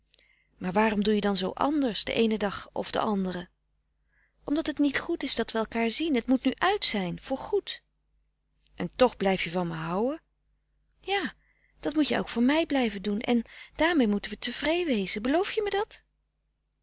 maar waarom doe je dan zoo anders den eenen dag of den andere omdat het niet goed is dat we elkaar zien het moet nu uit zijn voor goed en toch blijf je van me houë ja dat moet jij ook van mij blijven doen en frederik van eeden van de koele meren des doods daarmee moeten we tevreeé wezen beloof je me dat